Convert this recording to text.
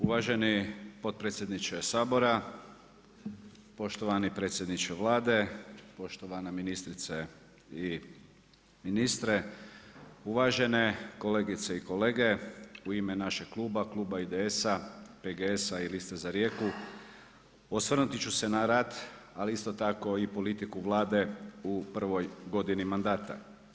Uvaženi potpredsjedniče Sabora, poštovani predsjedniče Vlade, poštovana ministrice i ministre, uvažene kolegice i kolege u ime našeg kluba, kluba IDS-a, PGS-a i Liste za Rijeku osvrnuti ću se na rad ali isto tako i politiku Vlade u prvoj godini mandata.